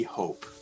hope